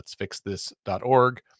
let'sfixthis.org